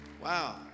Wow